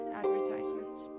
advertisements